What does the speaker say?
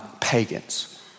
pagans